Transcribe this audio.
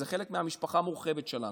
זה חלק מהמשפחה המורחבת שלנו.